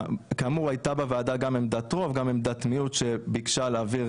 על קק"ל הוועדה כתבה כך: "השארת שטחים בייעוד